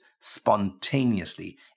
spontaneously